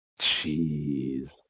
Jeez